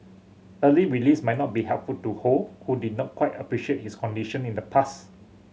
early release might not be helpful to Ho who did not quite appreciate his condition in the past